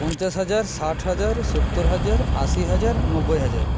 পঞ্চাশ হাজার ষাট হাজার সত্তর হাজার আশি হাজার নব্বই হাজার